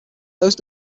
those